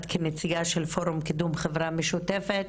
את כנציגה של פורום 'קידום חברה משותפת',